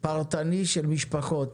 פרטני של משפחות